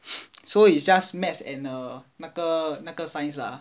so it's just maths and err 那个那个 science lah